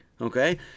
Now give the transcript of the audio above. okay